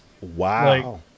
Wow